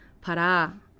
Para